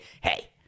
hey